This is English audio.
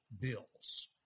bills